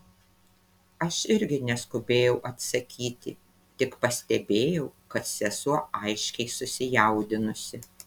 aš irgi neskubėjau atsakyti tik pastebėjau kad sesuo aiškiai susijaudinusi